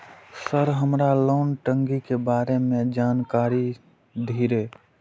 Sir हमरा loan टंगी के बारे में जान कारी धीरे?